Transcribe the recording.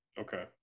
Okay